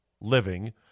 living